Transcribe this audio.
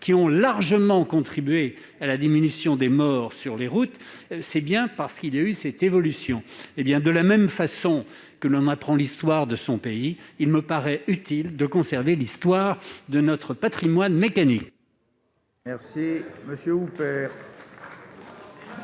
qui ont largement contribué à la diminution du nombre de morts sur les routes, c'est bien grâce à cette évolution ! De la même façon que l'on apprend l'histoire de son pays, il me paraît utile de conserver l'histoire de notre patrimoine mécanique ! La parole est